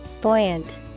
buoyant